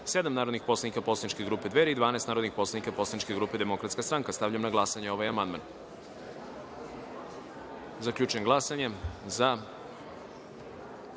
narodna poslanika poslaničke grupe Dveri i 12 narodnih poslanika poslaničke grupe Demokratska stranka. Stavljam na glasanje ovaj amandman. Zaključujem glasanje i